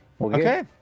Okay